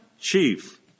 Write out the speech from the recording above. chief